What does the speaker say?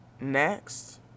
next